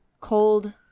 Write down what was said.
cold